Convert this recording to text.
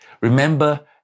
Remember